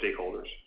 stakeholders